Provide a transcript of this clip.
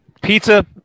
Pizza